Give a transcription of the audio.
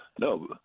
No